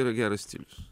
yra geras stilius